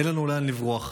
אין לנו לאן לברוח.